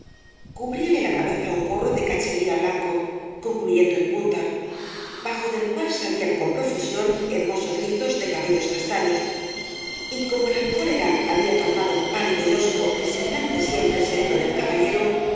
cubríale la cabeza un gorro de cachemira blanco concluyendo en punta bajo del cual salían con profusión hermosos rizos de cabellos castaños y como la cólera había tornado pálido y hosco el semblante siempre sereno del caballero